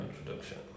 introduction